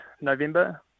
November